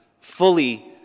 fully